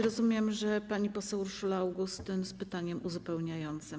Rozumiem, że pani poseł Urszula Augustyn z pytaniem uzupełniającym.